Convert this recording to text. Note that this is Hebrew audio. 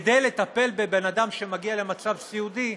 כדי לטפל בבן אדם שמגיע למצב סיעודי,